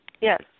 yes